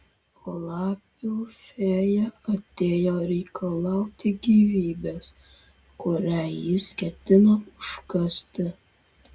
lapių fėja atėjo reikalauti gyvybės kurią jis ketino užkasti